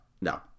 no